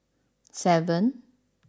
seven